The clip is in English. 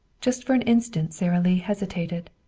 just for an instant sara lee hesitated.